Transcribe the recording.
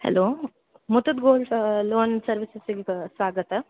hello Muthoot golds loan ಸರ್ವಿಸಿಸೀಗೆ ಸ್ವಾಗತ